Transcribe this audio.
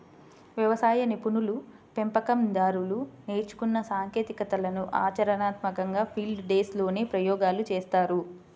వ్యవసాయ నిపుణులు, పెంపకం దారులు నేర్చుకున్న సాంకేతికతలను ఆచరణాత్మకంగా ఫీల్డ్ డేస్ లోనే ప్రయోగాలు చేస్తారు